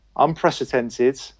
Unprecedented